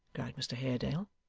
cried mr haredale.